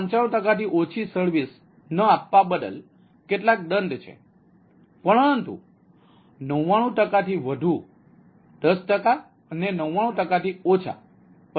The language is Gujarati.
95 ટકાથી ઓછી સર્વિસ ન આપવા બદલ કેટલાક દંડ છે પરંતુ 99 ટકાથી વધુ ૧૦ ટકા અને 99 ટકા થી ઓછા 25 ટકા છે